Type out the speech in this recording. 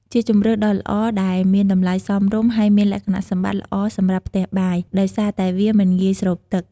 ជាជម្រើសដ៏ល្អដែលមានតម្លៃសមរម្យ ហើយមានលក្ខណៈសម្បត្តិល្អសម្រាប់ផ្ទះបាយ ដោយសារតែវាមិនងាយស្រូបទឹក។